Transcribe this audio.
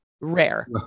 rare